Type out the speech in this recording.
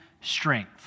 strength